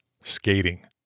skating